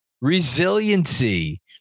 resiliency